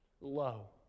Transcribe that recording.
low